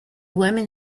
woman